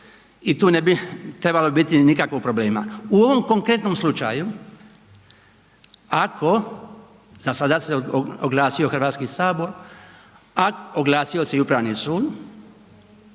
i tu ne bi trebalo biti nikakvih problema. U ovom konkretnom slučaju ako za sada se oglasio Hrvatski sabor, oglasio se i Ustavni sud